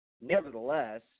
nevertheless